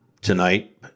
tonight